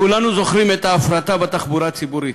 כולנו זוכרים את ההפרטה בתחבורה הציבורית,